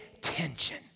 tension